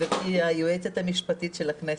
גברתי היועצת המשפטית של הכנסת,